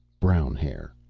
brown hair.